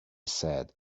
said